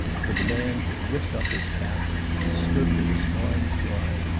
for the man had whipped off his cap and stood with his arms wide,